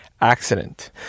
accident